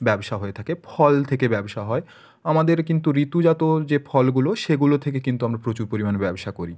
ব্যবসা হয় থাকে ফল থেকে ব্যবসা হয় আমাদের কিন্তু ঋতুজাত যে ফলগুলো সেগুলো থেকে কিন্তু আমরা প্রচুর পরিমাণে ব্যবসা করি